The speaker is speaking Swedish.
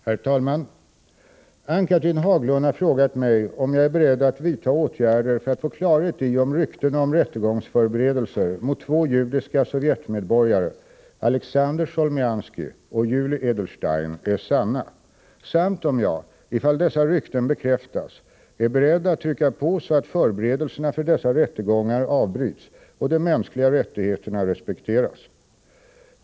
Herr talman! Ann-Cathrine Haglund har frågat mig om jag är beredd att vidta åtgärder för att få klarhet i om ryktena om rättegångsförberedelser mot två judiska sovjetmedborgare, Aleksandr Cholmianskij och Julij Edelstein, är sanna samt om jag, ifall dessa rykten bekräftas, är beredd att trycka på så att förberedelserna för dessa rättegångar avbryts och de mänskliga rättigheterna respekteras.